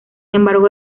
embargo